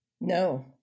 No